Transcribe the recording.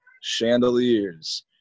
chandeliers